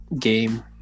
game